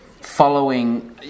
following